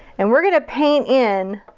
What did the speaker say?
and we're gonna paint in